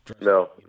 No